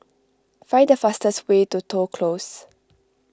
find the fastest way to Toh Close